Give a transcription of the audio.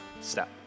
step